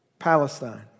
Palestine